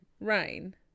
Rain